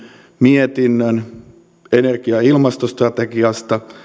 mietinnön energia ja ilmastostrategiasta